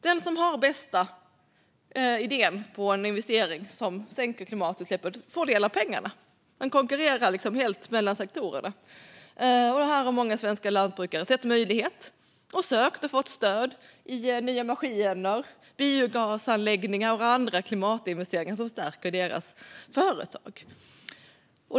Den som har den bästa idén till en investering som sänker klimatutsläppet får del av pengarna. Det konkurrerar helt mellan sektorerna. Här har många svenska lantbrukare sett en möjlighet. De har sökt och fått stöd till nya maskiner, biogasanläggningar och andra klimatinvesteringar som stärker deras företag.